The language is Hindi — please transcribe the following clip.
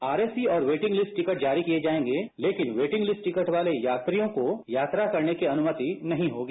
आरएसी और वेटिंग लिस्ट टिकट जारी किए जाएंगे लेकिन वैटिंग टिकट वाले यात्रियों को यात्रा करने की अनुमति नहीं होगी